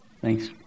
thanks